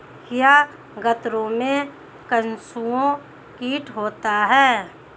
क्या गन्नों में कंसुआ कीट होता है?